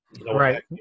Right